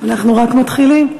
רק מתחילים.